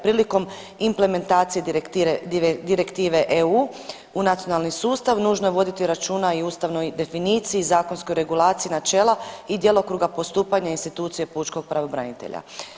Prilikom implementacije direktive EU u nacionalni sustav nužno je voditi računa i o ustavnoj definiciji, zakonskoj regulaciji načela i djelokruga postupanja institucije pučkog pravobranitelja.